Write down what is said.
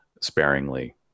sparingly